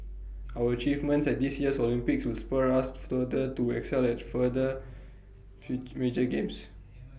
our achievements at this year's Olympics will spur us further to excel at further feel major games